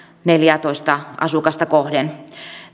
neljäätoista asukasta kohden